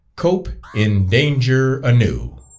cope in danger anew